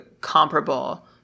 comparable